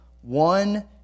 one